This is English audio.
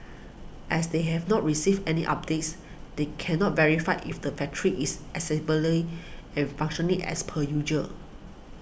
as they have not received any updates they cannot verify if the factory is accessibly and functioning as per usual